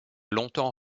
longtemps